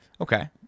Okay